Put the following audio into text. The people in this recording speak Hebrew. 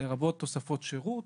לרבות תוספות שירות,